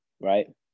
right